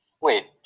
Wait